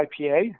IPA